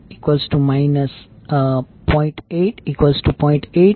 8 j1